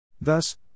Thus